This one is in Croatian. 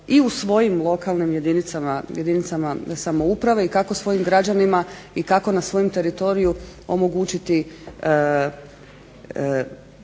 i u svojim lokalnim jedinicama samouprave i kako svojim građanima i kako na svojem teritoriju omogućiti